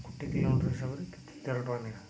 ଗୋଟେ କିଲୋମିଟର ହିସାବରେ ତେର ଟଙ୍କା ଲେଖାଁ